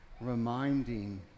reminding